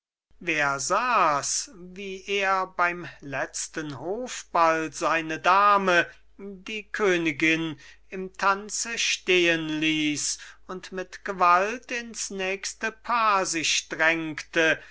wer sahs wie er beim letzten hofball seine dame die königin im tanze stehenließ und mit gewalt ins nächste paar sich